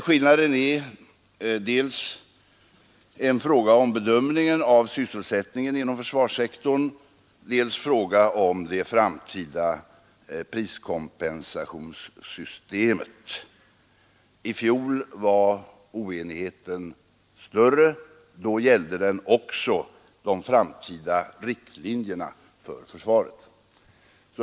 Skillnaden är dels en fråga om bedömningen av sysselsättningen inom försvarssektorn, dels en fråga om det framtida priskompensationssystemet. I fjol var oenigheten större; då gällde den också de framtida riktlinjerna för försvaret.